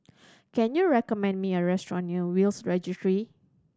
can you recommend me a restaurant near Will's Registry